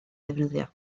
defnyddio